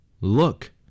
Look